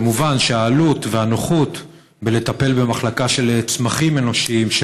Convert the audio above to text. כמובן שהעלות והנוחות בלטפל במחלקה של צמחים אנושיים,